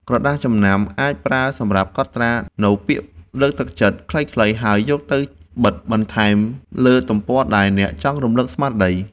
ក្រដាសចំណាំ អាចប្រើសម្រាប់កត់ត្រានូវពាក្យលើកទឹកចិត្តខ្លីៗ ហើយយកទៅបិទបន្ថែមលើទំព័រដែលអ្នកចង់រំលឹកស្មារតី។